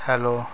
hello